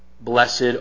Blessed